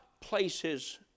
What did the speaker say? places